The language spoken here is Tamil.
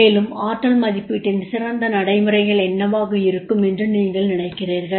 மேலும் ஆற்றல் மதிப்பீட்டின் சிறந்த நடைமுறைகள் என்னவாக இருக்கும் என்று நீங்கள் நினைக்கிறீர்கள்